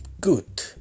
good